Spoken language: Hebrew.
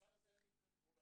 המוצר הזה הוא רעיל,